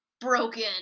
broken